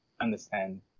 understand